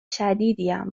شدیدیم